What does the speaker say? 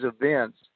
events